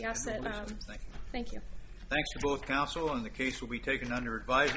like thank you thank you both counsel on the case will be taken under advice